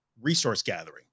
resource-gathering